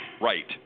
Right